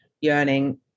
yearning